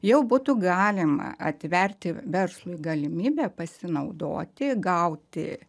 jau būtų galima atverti verslui galimybę pasinaudoti gauti